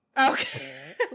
Okay